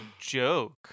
joke